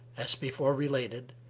as before related,